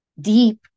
deep